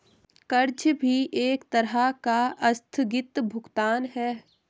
कर्ज भी एक तरह का आस्थगित भुगतान है